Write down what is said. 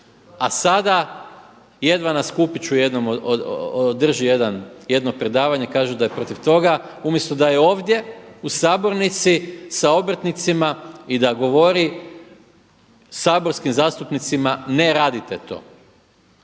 a sada jedva na skupiću jednom održi jedno predavanje. Kaže da je protiv toga umjesto da je ovdje u sabornici sa obrtnicima i da govori saborskim zastupnicima ne radite to.